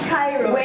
Cairo